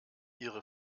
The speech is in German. ihre